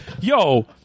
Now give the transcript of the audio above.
yo